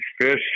fish